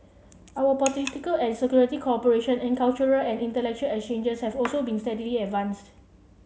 our political and security cooperation and cultural and intellectual exchanges have also been steadily advanced